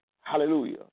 Hallelujah